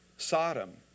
Sodom